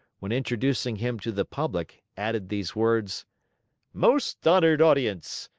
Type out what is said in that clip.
when introducing him to the public, added these words most honored audience!